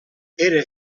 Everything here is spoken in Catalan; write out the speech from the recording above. era